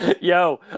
yo